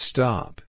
Stop